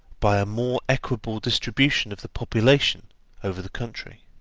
by a more equable distribution of the population over the country.